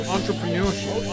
Entrepreneurship